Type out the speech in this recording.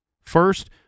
First